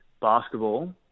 basketball